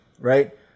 right